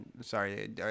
sorry